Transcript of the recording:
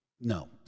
No